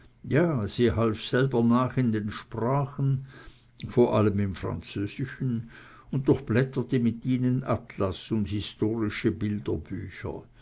sie half selber nach in den sprachen vor allem im französischen und durchblätterte mit ihnen atlas und historische